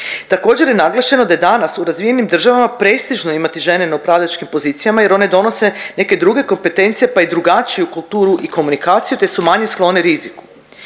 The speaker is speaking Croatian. Također je naglašeno da je danas u razvijenim državama, prestižno imati žene na upravljačkim pozicijama jer one donose neke druge kompetencije pa i drugačiju kulturu i komunikaciju te su manje sklone riziku.